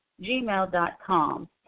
gmail.com